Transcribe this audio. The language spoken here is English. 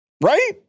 Right